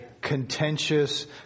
contentious